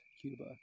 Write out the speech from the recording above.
Cuba